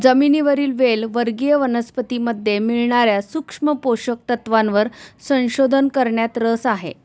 जमिनीवरील वेल वर्गीय वनस्पतीमध्ये मिळणार्या सूक्ष्म पोषक तत्वांवर संशोधन करण्यात रस आहे